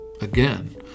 again